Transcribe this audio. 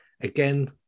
again